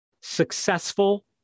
successful